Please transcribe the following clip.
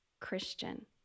Christian